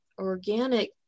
organic